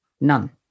none